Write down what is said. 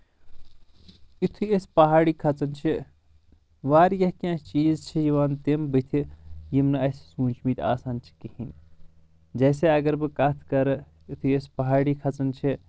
یوتھٕے أس پہاڑی کھژان چھِ واریاہ کینٛہہ چیز چھِ یِوان تِم بٕتھہِ یِم نہٕ اسہِ سونٛچمٕتۍ آسان چھِ کِہیٖنۍ جیسے اگر بہٕ کتھ کرٕ یُتھٕے أس پہاڑی کھژان چھِ